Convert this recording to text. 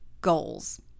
goals